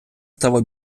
стало